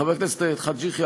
חבר הכנסת חאג' יחיא,